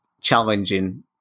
challenging